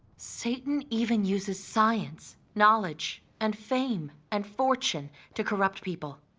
satan even uses science, knowledge, and fame and fortune to corrupt people.